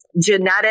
genetic